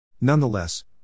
Nonetheless